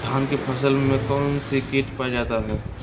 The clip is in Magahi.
धान की फसल में कौन सी किट पाया जाता है?